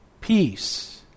peace